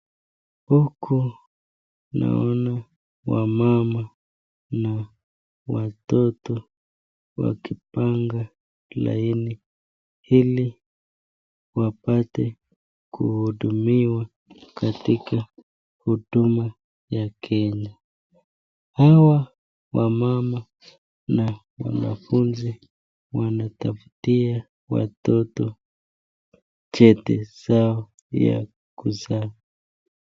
Huku naona wamama na watoto wakipanga laini ili wapate kuhudumiwa katika huduma ya kenya, hawa wamama na wanafunzi wanataftia watoto cheti zao ya kuzaa.